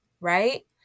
right